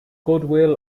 goodwill